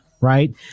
right